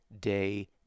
day